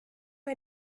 wir